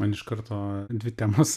man iš karto dvi temos